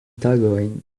tagojn